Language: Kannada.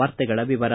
ವಾರ್ತೆಗಳ ವಿವರ